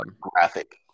graphic